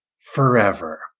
forever